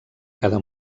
cada